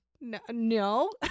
No